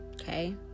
Okay